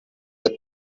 the